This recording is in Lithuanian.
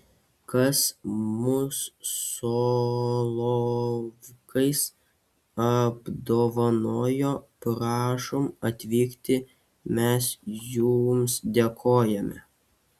kas mus solovkais apdovanojo prašom atvykti mes jums dėkojame